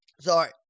Sorry